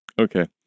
Okay